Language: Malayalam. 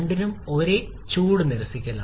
രണ്ടിനും ഒരേ ചൂട് നിരസിക്കലാണ്